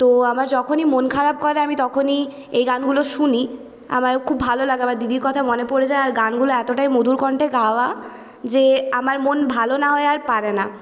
তো আমার যখনই মন খারাপ করে আমি তখনই এই গানগুলো শুনি আমার খুব ভালো লাগে আমার দিদির কথা মনে পড়ে যায় আর গানগুলা এতটাই মধুর কণ্ঠে গাওয়া যে আমার মন ভালো না হয়ে আর পারে না